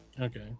Okay